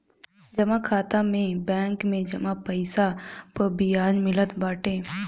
जमा खाता में बैंक में जमा पईसा पअ बियाज मिलत बाटे